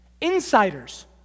insiders